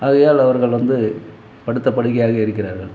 ஆகையால் அவர்கள் வந்து படுத்த படுக்கையாக இருக்கிறார்கள்